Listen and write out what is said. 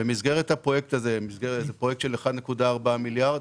במסגרת הפרויקט הזה, פרויקט של 1.4 מיליארד,